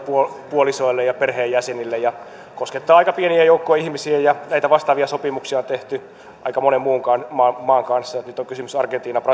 puolisoille ja perheenjäsenille ja joka koskettaa aika pientä joukkoa ihmisiä näitä vastaavia sopimuksia on tehty aika monen muunkin maan kanssa ja nyt on kysymys argentiinasta